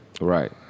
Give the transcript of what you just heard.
Right